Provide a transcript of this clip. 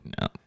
No